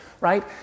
right